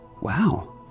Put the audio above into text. Wow